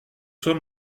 sommes